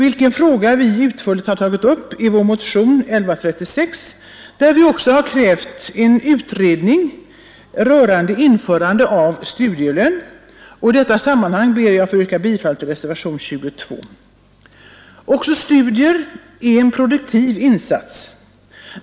Den frågan har vi utförligt tagit upp i vår motion 1136, där vi har krävt en utredning rörande införande av studielön. I detta sammanhang ber jag att få yrka bifall till reservationen 22. Också studier är en produktiv insats.